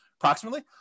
Approximately